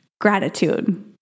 gratitude